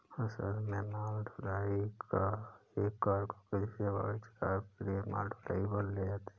अर्थशास्त्र में माल ढुलाई एक कार्गो है जिसे वाणिज्यिक लाभ के लिए माल ढुलाई पर ले जाते है